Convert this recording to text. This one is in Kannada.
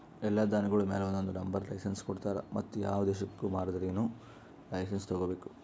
ಎಲ್ಲಾ ಧಾನ್ಯಗೊಳ್ ಮ್ಯಾಲ ಒಂದೊಂದು ನಂಬರದ್ ಲೈಸೆನ್ಸ್ ಕೊಡ್ತಾರ್ ಮತ್ತ ಯಾವ ದೇಶಕ್ ಮಾರಾದಿದ್ದರೂನು ಲೈಸೆನ್ಸ್ ತೋಗೊಬೇಕು